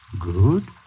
Good